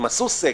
הם עשו סגר,